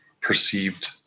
perceived